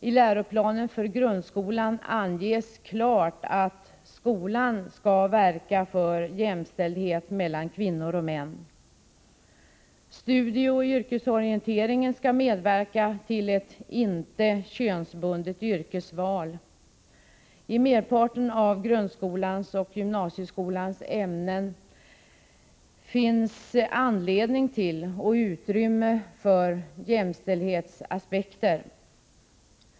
I läroplanen för grundskolan anges klart att skolan skall verka för jämställdhet mellan kvinnor och män. Studieoch yrkesorienteringen skall medverka till ett inte könsbundet yrkesval. I merparten av grundskolans och gymnasieskolans ämnen finns anledning till och utrymme för jämställdhetsaspekter.